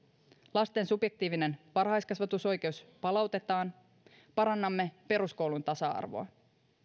lasten subjektiivinen varhaiskasvatusoikeus palautetaan parannamme peruskoulun tasa arvoa